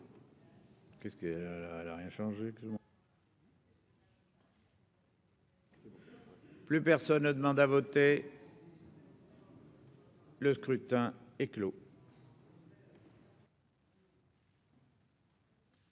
Plus personne ne demande à voter. Le scrutin est clos.